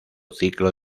ciclo